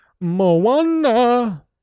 Moana